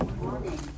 morning